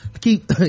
keep